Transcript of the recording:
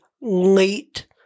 late